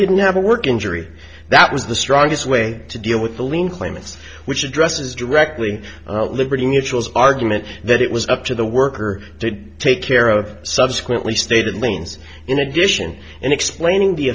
didn't have a work injury that was the strongest way to deal with the lien claimants which addresses directly liberty mutual's argument that it was up to the worker to take care of subsequently stated ling's in addition and explaining the